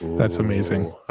that's amazing.